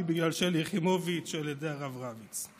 בגלל שלי יחימוביץ' על ידי הרב רביץ.